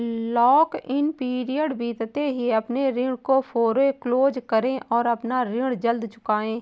lock in period बीतते ही अपने ऋण को फोरेक्लोज करे और अपना ऋण जल्द चुकाए